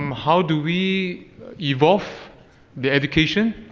um how do we evolve the education?